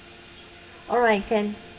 alright can